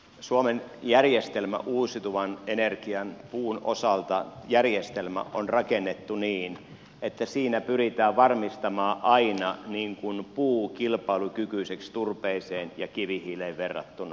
suomen järjestelmä uusiutuvan energian puun osalta on rakennettu niin että siinä pyritään varmistamaan aina puu kilpailukykyiseksi turpeeseen ja kivihiileen verrattuna